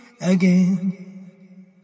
again